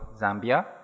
Zambia